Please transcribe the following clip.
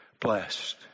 Blessed